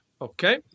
Okay